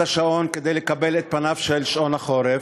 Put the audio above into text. השעון כדי לקבל את פניו של שעון החורף,